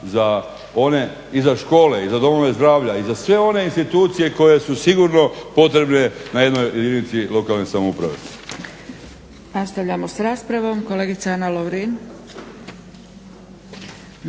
za one i za škole i za domove zdravlja i za sve one institucije koje su sigurno potrebne na jednoj jedinici lokalne samouprave.